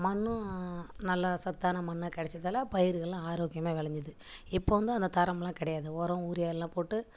மண்ணும் நல்லா சத்தான மண்ணாக கெடைச்சதால பயிர்கள்லாம் ஆரோக்கியமாக வெளைஞ்சிது இப்போ வந்து அந்த தரம்லாம் கெடையாது உரம் ஊரியா எல்லாம் போட்டு